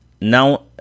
now